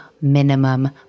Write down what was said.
minimum